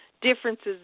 differences